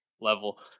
level